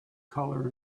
color